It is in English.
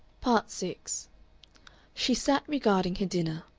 part six she sat regarding her dinner.